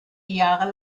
jahre